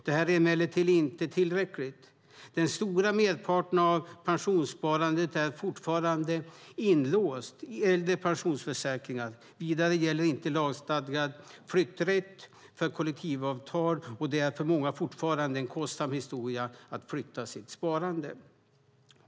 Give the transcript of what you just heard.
Det här är emellertid inte tillräckligt. Den stora merparten av pensionssparandet är fortfarande inlåst i äldre pensionsförsäkringar. Vidare gäller inte lagstadgad flytträtt för kollektivavtal, och det är för många fortfarande en kostsam historia att flytta sitt sparande.